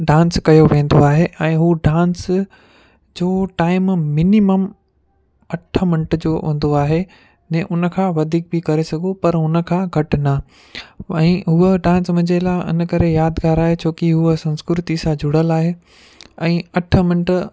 dance कयो वेंदो आहे ऐं हू डांस जो टाइम मिनिमम अठ मिंट जो हूंदो आहे ने उनखां वधीक बि करे सघूं पर हुनखां घटि न ऐं उअ डांस मुंहिंजे लाइ इन करे यादगारु आहे छो की हुअ संस्कृति सां जुड़ियल आहे ऐं अठ मिंट